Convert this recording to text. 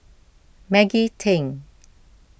Maggie Teng